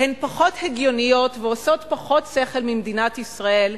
הן פחות הגיוניות ועושות פחות שכל ממדינת ישראל,